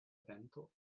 vento